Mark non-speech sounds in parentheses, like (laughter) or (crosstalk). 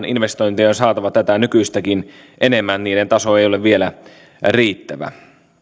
(unintelligible) investointeja on saatava nykyistäkin enemmän niiden taso ei ole vielä riittävä